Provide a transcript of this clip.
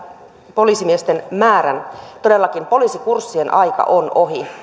poliisimiesten määrän todellakin poliisikurssien aika on ohi